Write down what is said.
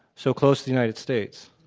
so close to the united states.